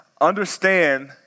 understand